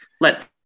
let